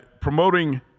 promoting